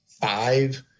five